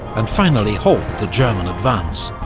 and finally halt the german advance.